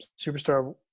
superstar